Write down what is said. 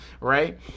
right